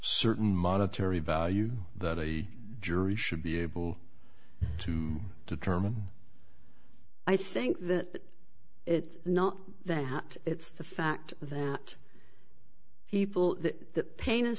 certain monetary value that a jury should be able to determine i think that it's not that it's the fact that it people that pain and